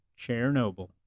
Chernobyl